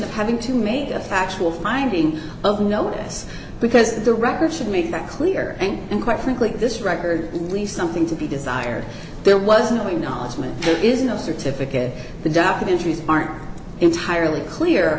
of having to make a factual finding of notice because the record should make that clear and quite frankly this record least something to be desired there wasn't any knowledge when there is no certificate the documentaries aren't entirely clear